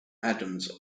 adams